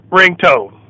ringtone